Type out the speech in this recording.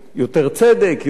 יותר שוויון,